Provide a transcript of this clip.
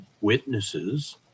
witnesses